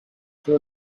for